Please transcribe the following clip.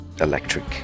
electric